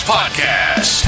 Podcast